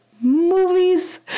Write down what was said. movies